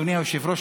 אדוני היושב-ראש,